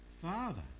father